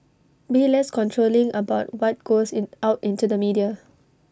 be less controlling about what goes in out into the media